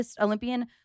Olympian